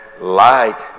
light